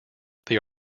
they